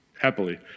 happily